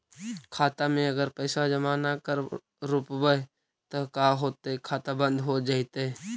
खाता मे अगर पैसा जमा न कर रोपबै त का होतै खाता बन्द हो जैतै?